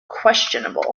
questionable